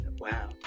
Wow